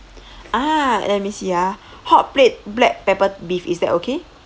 ah let me see ah hot plate black pepper beef is that okay